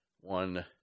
one